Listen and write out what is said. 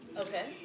Okay